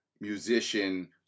musician